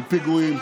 ופיגועים.